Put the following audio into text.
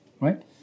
right